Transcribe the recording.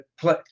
play